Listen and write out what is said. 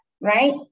right